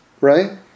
Right